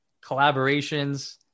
collaborations